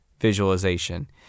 visualization